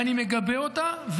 ואני מגבה אותה,